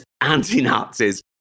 anti-Nazis